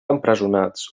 empresonats